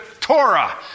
Torah